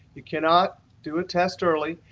you cannot do a test early.